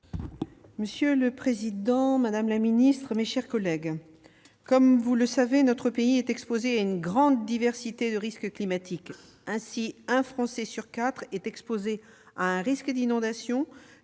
Monsieur le président, madame la ministre, mes chers collègues, comme vous le savez, notre pays est exposé à une grande diversité de risques climatiques. Ainsi, un Français sur quatre fait face à un risque d'inondation,